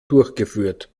durchgeführt